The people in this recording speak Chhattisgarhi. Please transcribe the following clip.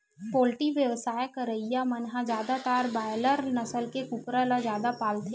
पोल्टी बेवसाय करइया मन ह जादातर बायलर नसल के कुकरा ल जादा पालथे